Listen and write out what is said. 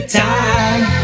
time